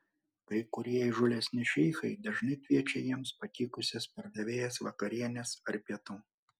kai kurie įžūlesni šeichai dažnai kviečia jiems patikusias pardavėjas vakarienės ar pietų